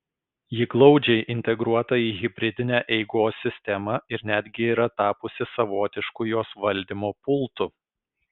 ji glaudžiai integruota į hibridinę eigos sistemą ir netgi yra tapusi savotišku jos valdymo pultu